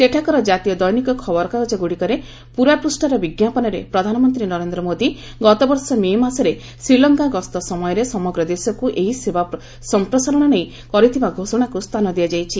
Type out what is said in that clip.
ସେଠାକାର ଜାତୀୟ ଦୈନିକ ଖବରକାଗଜଗୁନିକରେ ପୂରାପୂଷ୍ଠାର ବିଜ୍ଞାପନରେ ପ୍ରଦାନମନ୍ତ୍ରୀ ନରେନ୍ଦ୍ର ମୋଦି ଗତ ବର୍ଷ ମେ ମାସରେ ଶ୍ରୀଲଙ୍କା ଗସ୍ତ ସମୟରେ ସମଗ୍ର ଦେଶକୁ ଏହି ସେବା ସମ୍ପ୍ରସାରଣ ନେଇ କରିଥିବା ଘୋଷଣାକୁ ସ୍ଥାନ ଦିଆଯାଇଛି